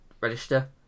register